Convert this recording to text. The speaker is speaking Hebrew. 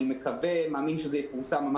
אני מאמין שזה יפורסם ממש בימים הקרובים,